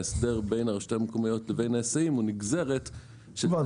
ההסדר בין הרשויות המקומיות לבין ההיסעים הוא נגזרת --- הבנתי,